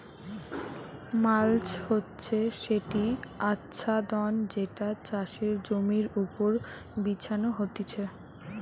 mulch হচ্ছে সেটি আচ্ছাদন যেটা চাষের জমির ওপর বিছানো হতিছে